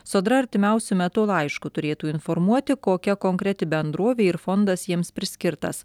sodra artimiausiu metu laišku turėtų informuoti kokia konkreti bendrovė ir fondas jiems priskirtas